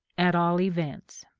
at all events.